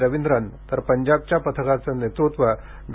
रविंद्रन तर पंजाबच्या पथकाचं नेतृत्व डॉ